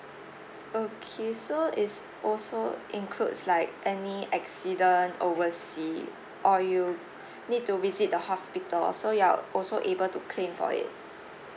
okay so it's also includes like any accident oversea or you need to visit the hospital so you are also able to claim for it